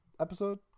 episode